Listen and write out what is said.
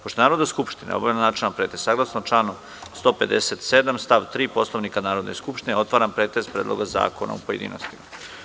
Pošto je Narodna skupština obavila načelan pretres, saglasno članu 157. stav 3. Poslovnika Narodne skupštine, otvaram pretres Predloga zakona u pojedinostima.